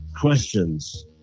questions